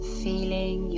feeling